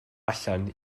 allan